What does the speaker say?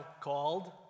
called